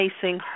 facing